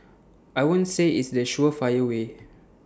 I won't say it's the surefire way